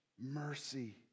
mercy